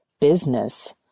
business